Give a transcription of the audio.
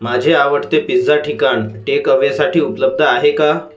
माझे आवडते पिझ्झा ठिकाण टेकअवेसाठी उपलब्ध आहे का